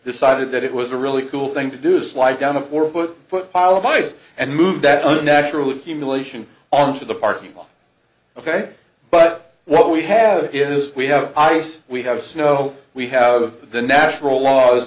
decided that it was a really cool thing to do slide down a four foot foot pile of ice and move that the natural humiliation onto the parking lot ok but what we have is we have ice we have snow we have the natural laws